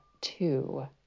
two